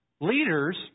Leaders